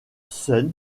sun